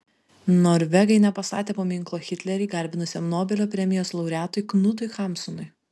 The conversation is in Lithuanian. norvegai nepastatė paminklo hitlerį garbinusiam nobelio premijos laureatui knutui hamsunui